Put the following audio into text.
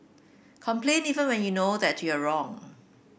complain even when you know that you are wrong